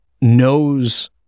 knows